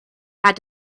had